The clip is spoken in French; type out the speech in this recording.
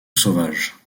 sauvage